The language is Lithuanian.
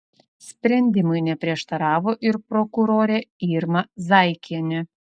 sprendimui neprieštaravo ir prokurorė irma zaikienė